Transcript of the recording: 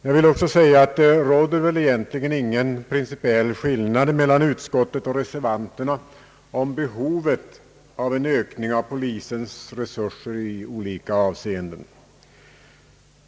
Jag vill också framhålla att det väl inte råder någon principiell skillnad mellan utskottets och reservanternas åsikter om behovet att öka polisens resurser i olika avseenden.